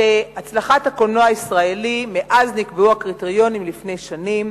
הצלחת הקולנוע הישראלי מאז נקבעו הקריטריונים לפני שנים